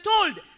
told